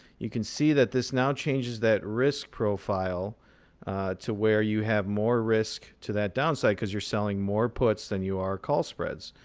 you can see that this now changes that risk profile to where you have more risk to that downside, because you're selling more puts than you are call spreads.